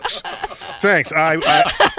Thanks